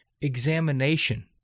examination